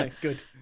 Good